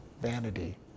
vanity